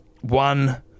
one